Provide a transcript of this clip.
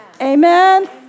Amen